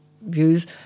views